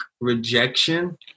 rejection